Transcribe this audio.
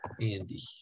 Andy